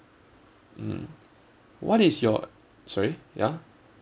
mm what is your sorry ya